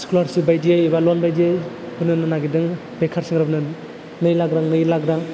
scholarship बायदियै एबा लन बायदियै होनो नागिरदों बेकार सेंग्राफोरनो नै लाख रां नै लाख रां